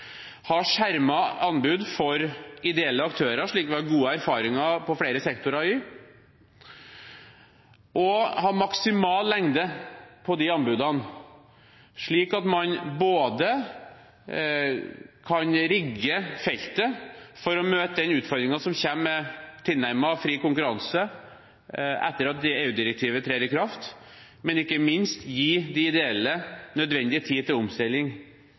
anbud for ideelle aktører, slik vi har gode erfaringer med på flere sektorer, og ha maksimal lengde på de anbudene, slik at man både kan rigge feltet for å møte den utfordringen som kommer med tilnærmet fri konkurranse etter at EU-direktivet trer i kraft, og – ikke minst – gi de ideelle nødvendig tid til omstilling